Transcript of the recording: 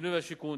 הבינוי והשיכון,